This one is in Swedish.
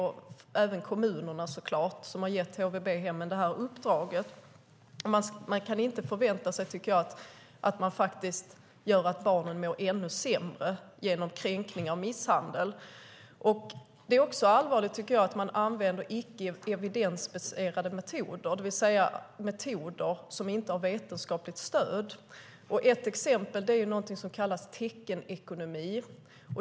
Det gäller såklart även kommunerna, som har gett HVB-hemmen uppdraget. Man ska inte behöva förvänta sig att barnen mår ännu sämre genom kränkning och misshandel. Det är också allvarligt att man använder icke evidensbaserade metoder, det vill säga metoder som inte har vetenskapligt stöd. Ett exempel är något som kallas teckenekonomi.